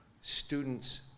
Students